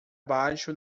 baixo